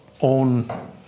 own